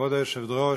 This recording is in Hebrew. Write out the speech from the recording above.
כבוד היושבת-ראש,